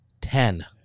Ten